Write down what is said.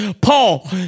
Paul